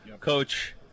Coach